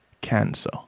cancer